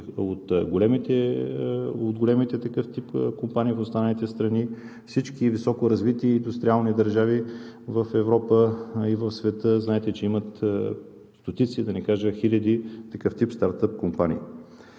тип големи компании в останалите страни. Всички високо развити индустриални държави в Европа и в света, и знаете, че има стотици – да не кажа, хиляди такъв тип стартъп компании.